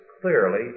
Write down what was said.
clearly